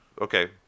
Okay